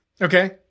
okay